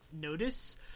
notice